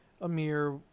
Amir